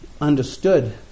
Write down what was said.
understood